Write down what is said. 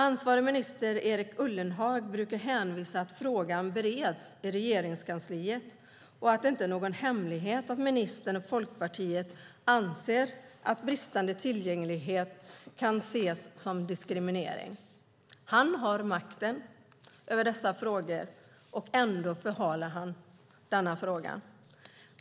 Ansvarig minister Erik Ullenhag brukar hänvisa till att frågan bereds i Regeringskansliet och att det inte är någon hemlighet att ministern och Folkpartiet anser att bristande tillgänglighet kan ses som diskriminering. Han har makten över dessa frågor. Ändå förhalar han denna fråga.